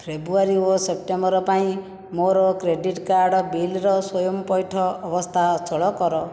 ଫେବୃଆରୀ ଓ ସେପ୍ଟେମ୍ବର ପାଇଁ ମୋର କ୍ରେଡ଼ିଟ୍ କାର୍ଡ଼୍ ବିଲ୍ର ସ୍ଵୟଂ ପଇଠ ବ୍ୟବସ୍ଥା ଅଚଳ କର